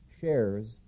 shares